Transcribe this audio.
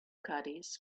caddies